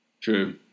True